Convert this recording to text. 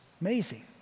Amazing